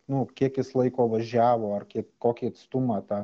nu kiek jis laiko važiavo ar kiek kokį atstumą tą